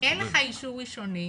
אין לך אישור ראשוני,